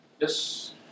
Yes